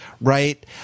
right